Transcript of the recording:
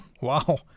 Wow